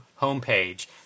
homepage